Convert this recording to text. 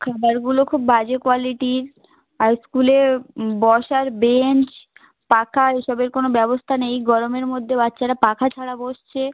খাবারগুলো খুব বাজে কোয়ালিটির আর স্কুলে বসার বেঞ্চ পাখা এসবের কোনো ব্যবস্তা নেই গরমের মধ্যে বাচ্চারা পাখা ছাড়া বসছে